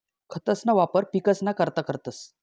खतंसना वापर पिकसना करता करतंस